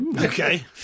Okay